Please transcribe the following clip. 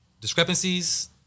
discrepancies